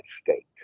state